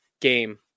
game